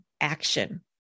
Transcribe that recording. action